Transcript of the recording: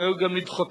אבל ראוי גם לדחותה.